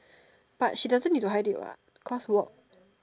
but she doesn't need to hide it what cause work